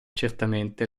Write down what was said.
certamente